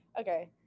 Okay